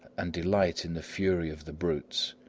and delight in the fury of the brutes,